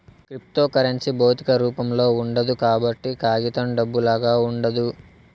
cryptocurrency భౌతిక రూపంలో ఉండదు కాబట్టి కాగితం డబ్బులాగా ఉండదు